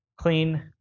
clean